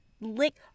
Lick